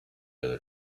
other